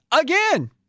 Again